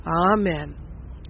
Amen